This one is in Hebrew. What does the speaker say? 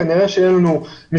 כנראה שיהיו מסגרות,